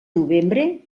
novembre